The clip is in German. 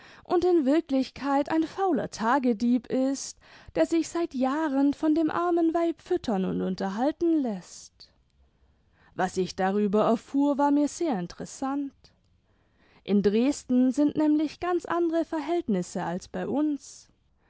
und in wirklichkeit ein fauler tagedieb ist der sich seit jahren von dem armen weib füttern imd unterhalten läßt was ich darüber erfuhr war mir sehr interessant in dresden sind nämlich ganz andere verhältnisse als bei uns